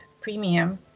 premium